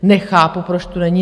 Nechápu, proč tu není.